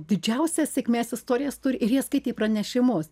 didžiausias sėkmės istorijas turi ir jie skaitė pranešimus